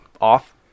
off